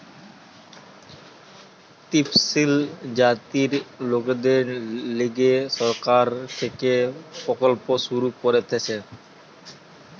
তপসিলি জাতির লোকদের লিগে সরকার থেকে প্রকল্প শুরু করতিছে